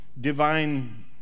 divine